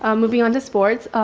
um moving on to sports.